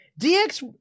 DX